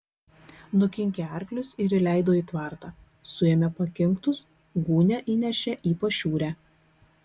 nukinkė arklius ir įleido į tvartą suėmė pakinktus gūnią įnešė į pašiūrę